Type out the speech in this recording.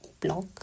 block